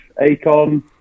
Akon